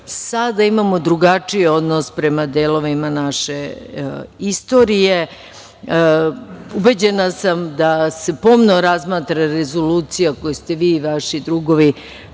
sada imamo drugačiji odnos prema delovima naše istorije. Ubeđena sam da se pomno razmatra rezolucija koju ste vi i vaši drugovi